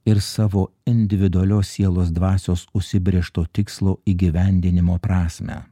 ir savo individualios sielos dvasios užsibrėžto tikslo įgyvendinimo prasmę